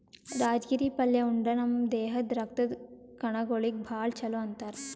ರಾಜಗಿರಿ ಪಲ್ಯಾ ಉಂಡ್ರ ನಮ್ ದೇಹದ್ದ್ ರಕ್ತದ್ ಕಣಗೊಳಿಗ್ ಭಾಳ್ ಛಲೋ ಅಂತಾರ್